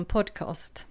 Podcast